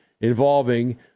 involving